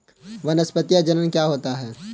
वानस्पतिक जनन क्या होता है?